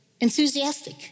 enthusiastic